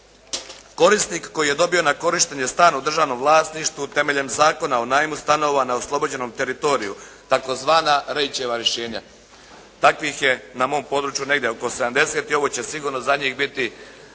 Korisnik koji je dobio na korištenje stan u državnom vlasništvu temeljem Zakona o najmu stanova na oslobođenom teritoriju, tzv. Reićeva rješenja, takvih je na mom području negdje oko 70 i ovo će sigurno za njih biti